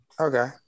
Okay